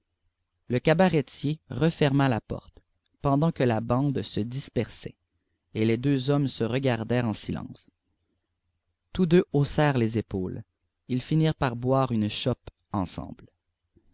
le cabaretier referma la porte pendant que la bande se dispersait et les deux hommes se regardèrent en silence tous deux haussèrent les épaules ils finirent par boire une chope ensemble